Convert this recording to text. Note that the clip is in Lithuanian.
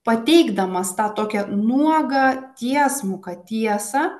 pateikdamas tą tokią nuogą tiesmuką tiesą